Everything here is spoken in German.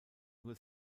nur